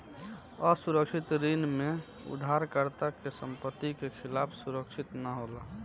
असुरक्षित ऋण में उधारकर्ता के संपत्ति के खिलाफ सुरक्षित ना होला